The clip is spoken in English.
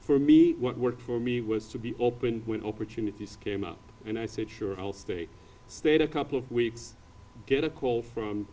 for me what worked for me was to be open when opportunities came up and i said sure i'll stay stayed a couple of weeks get a call from